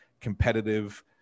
competitive